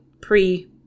pre